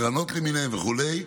קרנות למיניהן וכו',